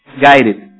guided